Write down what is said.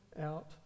out